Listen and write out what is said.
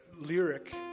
lyric